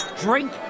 Drink